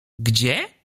gdzie